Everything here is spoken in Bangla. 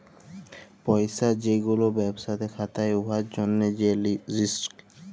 পইসা যে গুলা ব্যবসাতে খাটায় উয়ার জ্যনহে যে রিস্ক